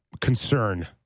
concern